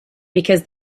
because